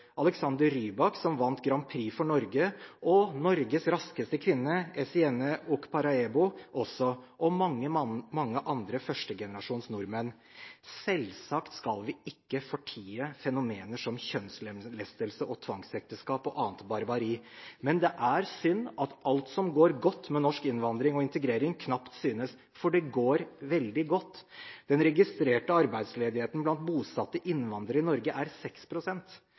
Alexander Rybak, som vant Grand Prix for Norge og «Norges raskeste kvinne», Ezinne Okparaebo, også – og mange, mange andre førstegenerasjons nordmenn. Selvsagt skal vi ikke fortie fenomener som kjønnslemlestelse og tvangsekteskap og annet barbari, men det er synd at alt som går godt med norsk innvandring og integrering, knapt synes – for det går veldig godt. Den registrerte arbeidsledigheten blant bosatte innvandrere i Norge er